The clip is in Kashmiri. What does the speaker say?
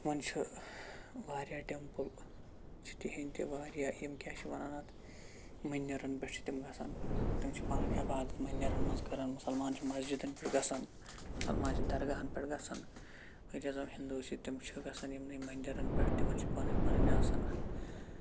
تِمَن چھِ واریاہ ٹٮ۪مپٕل چھِ تِہِنٛد تہِ واریاہ یِم کیاہ چھِ وَنان اَتھ مٔندِرَن پیٚٹھ چھِ تِم گَژھان تِم چھِ پنٕنۍ عبادَت مندِرَن مَنٛز کَران مُسَلمان چھِ مَسجِدَن پیٚٹھ گَژھان درگَہَن پیٚٹھ گَژھان أکیاہ زَن ہِندو چھِ تم چھِ گَژھَن یِمنٕے مَندِرَن پٮ۪ٹھ تِمَن چھِ پنٕنۍ پنٕنۍ آسان